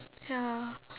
ya